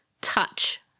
touch